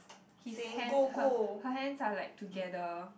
his hand her her hands are like together